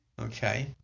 Okay